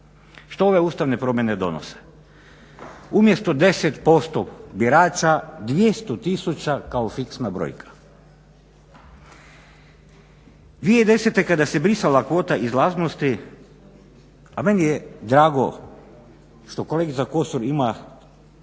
Što ove ustavne promjene donose umjesto 10% birača 200 000 kao fiksna brojka. 2010. kada se brisala kvota izlaznosti, a meni je drago što kolegica Kosor ima